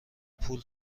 پول